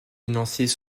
financés